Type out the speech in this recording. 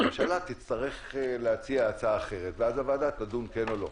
הממשלה תצטרך להציע הצעה אחרת ואז הוועדה תדון אם כן או לא.